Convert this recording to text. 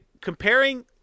comparing